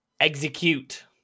Execute